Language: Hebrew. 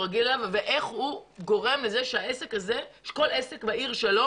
רגיל ואיך הוא גורם לכך שכל עסק בעיר שלו